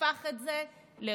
והפך את זה לרשות.